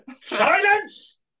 Silence